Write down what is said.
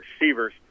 receivers